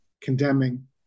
condemning